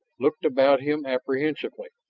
looked about him apprehensively.